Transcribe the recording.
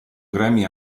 grammy